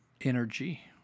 energy